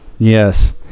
Yes